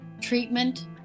treatment